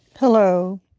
Hello